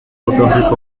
out